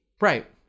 Right